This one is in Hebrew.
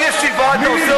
אני אסיים במשפט אחד.